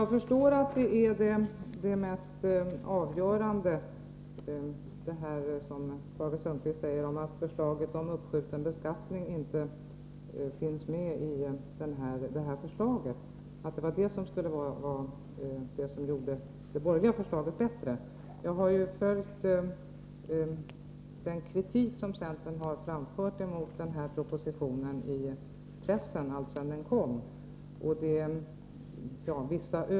Herr talman! Jag förstår att det var förslaget om uppskjuten beskattning — som inte finns med i den nu aktuella propositionen — som var avgörande för att Tage Sundkvist skulle anse att det borgerliga förslaget var bättre. Jag har följt den kritik som centern i pressen har framfört mot denna proposition alltsedan den lades fram.